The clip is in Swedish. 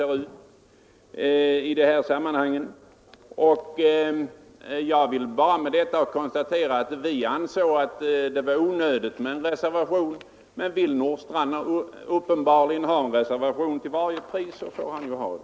Med detta vill jag bara säga att vi ansåg det vara onödigt med en reservation, men vill herr Nordstrandh till varje pris ha en reservation måste han ju få det.